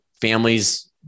families